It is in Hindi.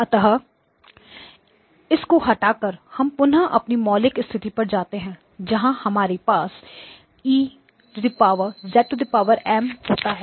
अतः इसको हटा कर हम पुन्हा अपनी मौलिक स्थिति पर जाते हैं जहां हमारे पास E होता है